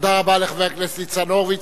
תודה רבה לחבר הכנסת ניצן הורוביץ.